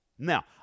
Now